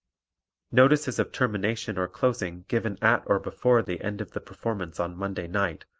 notices of termination or closing given at or before the end of the performance on monday night,